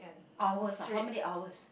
hours ah how many hours